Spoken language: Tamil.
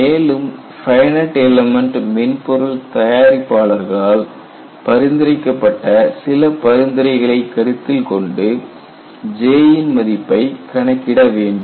மேலும் ஃபைனட் எல்மெண்ட் மென்பொருள் தயாரிப்பாளர்களால் பரிந்துரைக்கப்பட்ட சில பரிந்துரைகளை கருத்தில் கொண்டு J இன் மதிப்பை கணக்கிட வேண்டும்